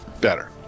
better